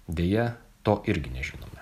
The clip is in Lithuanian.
deja to irgi nežinome